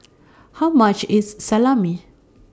How much IS Salami